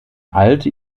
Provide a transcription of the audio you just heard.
alte